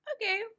okay